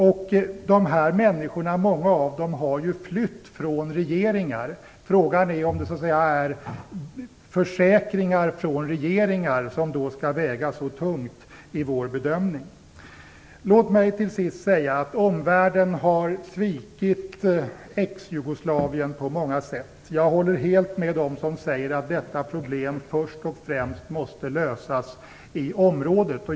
Många av de här människorna har ju flytt från regeringar. Frågan är då om försäkringar från just regeringar skall väga så tungt i vår bedömning. Låt mig till sist säga att omvärlden har svikit Exjugoslavien på många sätt. Jag håller helt med dem som säger att detta problem först och främst måste lösas i området.